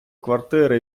квартири